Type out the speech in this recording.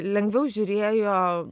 lengviau žiūrėjo